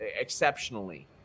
exceptionally